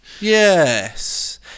Yes